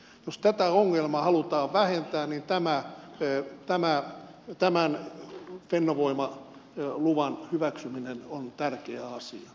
jos tätä ongelmaa halutaan vähentää niin tämän fennovoima luvan hyväksyminen on tärkeä asia